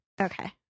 Okay